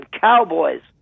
Cowboys